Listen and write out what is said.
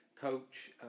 coach